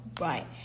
right